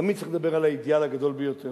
שתמיד צריך לדבר על האידיאל הגדול ביותר,